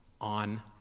on